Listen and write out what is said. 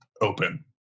open